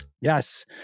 Yes